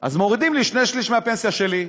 אז מורידים לי שני-שלישים מהפנסיה שלי.